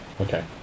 Okay